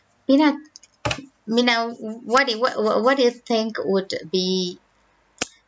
mina mina what do you what what what do you think would be